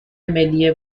ملی